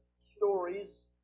stories